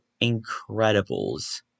Incredibles